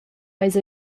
eis